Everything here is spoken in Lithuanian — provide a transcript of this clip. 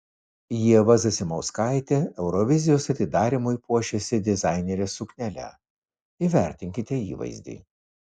ieva zasimauskaitė eurovizijos atidarymui puošėsi dizainerės suknele įvertinkite įvaizdį